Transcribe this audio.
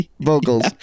vocals